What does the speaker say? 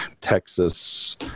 Texas